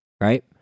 right